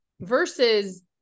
versus